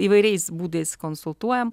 įvairiais būdais konsultuojam